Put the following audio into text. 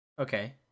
Okay